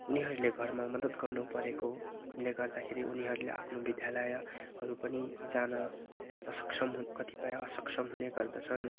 उनीहरूले घरमा मदद गर्नु परेकोले गर्दाखेरि उनीहरूले आफ्नो विद्यालयहरू पनि जान असक्षम कतिपय असक्षम हुने गर्दछन्